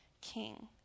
king